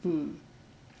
mm